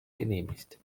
genehmigt